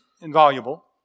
invaluable